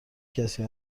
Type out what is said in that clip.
کسی